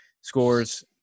scores